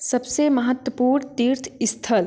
सबसे महत्वपूर्ण तीर्थ स्थल